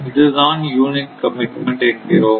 இதுதான் unit commitment என்கிறோம்